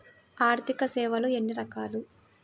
ఆర్థిక సేవలు ఎన్ని రకాలు?